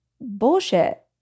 Bullshit